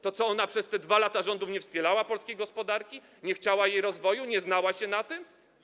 To co, przez te 2 lata rządów nie wspierała ona polskiej gospodarki, nie chciała jej rozwoju, nie znała się na tym?